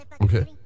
Okay